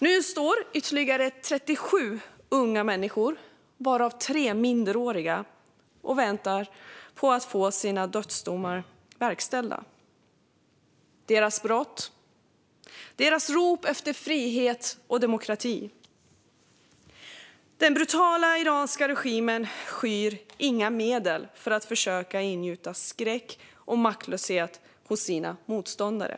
Nu står ytterligare 37 unga människor, varav tre minderåriga, och väntar på att få sina dödsdomar verkställda. Deras brott? Deras rop efter frihet och demokrati. Den brutala iranska regimen skyr inga medel för att försöka ingjuta skräck och maktlöshet hos sina motståndare.